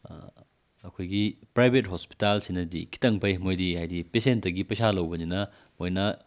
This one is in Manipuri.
ꯑꯩꯈꯣꯏꯒꯤ ꯄ꯭ꯔꯥꯏꯕꯦꯠ ꯍꯣꯁꯄꯤꯇꯥꯜ ꯁꯤꯅꯗꯤ ꯈꯤꯇꯪ ꯐꯩ ꯃꯣꯏꯗꯤ ꯍꯥꯏꯗꯤ ꯄꯦꯁꯦꯟꯇꯒꯤ ꯄꯩꯁꯥ ꯂꯧꯕꯅꯤꯅ ꯃꯣꯏꯅ